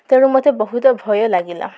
ତେଣୁ ମୋତେ ବହୁତ ଭୟ ଲାଗିଲା